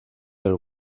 del